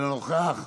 אינו נוכח,